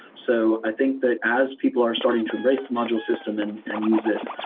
so i think that as people are starting to embrace the module system and and use it,